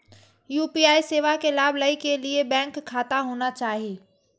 UPI सेवा के लाभ लै के लिए बैंक खाता होना चाहि?